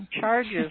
Charges